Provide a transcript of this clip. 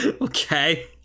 Okay